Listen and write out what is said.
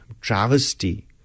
travesty